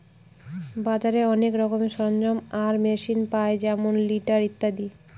বাজারে অনেক রকমের সরঞ্জাম আর মেশিন পায় যেমন টিলার ইত্যাদি